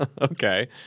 Okay